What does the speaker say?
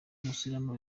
umusilamu